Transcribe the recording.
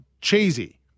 cheesy